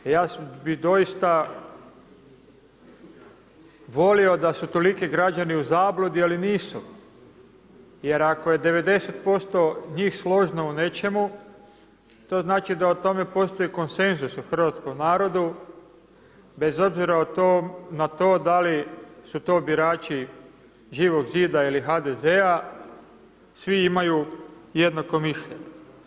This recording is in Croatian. Ja bih doista volio da su toliki građani u zabludi ali nisu jer ako je 90% njih složno u nečemu to znači da o tome postoji konsenzus u hrvatskom narodu bez obzira na to da li su to birači Živog zida ili HDZ-a svi imaju jednako mišljenje.